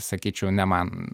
sakyčiau ne man